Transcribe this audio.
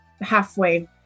halfway